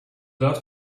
love